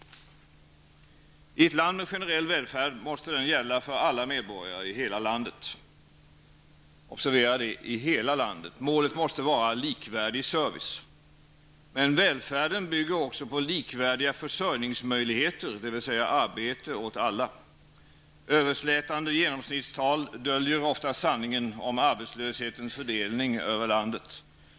I ett land med generell välfärd måste den gälla för alla medborgare i hela landet. Observera det -- i hela landet! Målet måste vara likvärdig service. Men välfärden bygger också på likvärdiga försörjningsmöjligheter, dvs. arbete åt alla. Överslätande genomsnittstal döljer ofta sanningen om arbetslöshetens fördelning över landet.